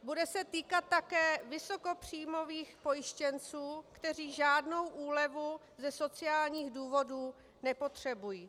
Bude se týkat také vysokopříjmových pojištěnců, kteří žádnou úlevu ze sociálních důvodů nepotřebují.